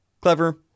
clever